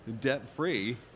debt-free